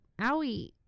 owie